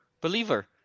believer